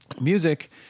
Music